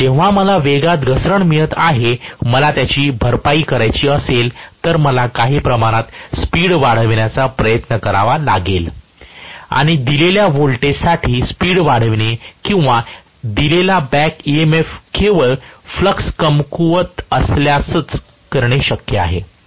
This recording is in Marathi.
तर जेव्हा मला वेगात घसरण मिळत आहे मला त्याची भरपाई करायची असेल तर मला काही प्रमाणात स्पीड वाढवण्याचा प्रयत्न करावा लागेल आणि दिलेल्या व्होल्टेज साठी स्पीड वाढविणे किंवा दिलेला बॅक EMF केवळ फ्लक्स कमकुवत असल्यासच करणे शक्य आहे